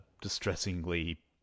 distressingly